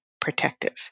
protective